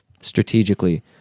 strategically